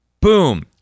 boom